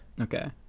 okay